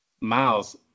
miles